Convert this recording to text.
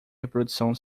reprodução